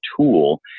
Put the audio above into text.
tool